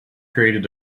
created